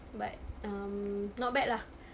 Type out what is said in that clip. but um not bad lah